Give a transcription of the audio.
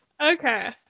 Okay